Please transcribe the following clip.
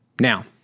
Now